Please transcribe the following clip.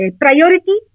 priority